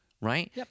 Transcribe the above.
Right